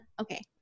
okay